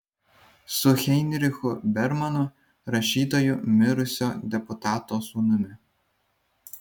su heinrichu bermanu rašytoju mirusio deputato sūnumi